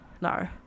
no